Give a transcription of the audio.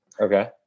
Okay